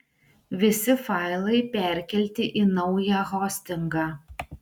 visi failai perkelti į naują hostingą